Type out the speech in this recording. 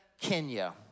Kenya